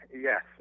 Yes